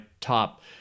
top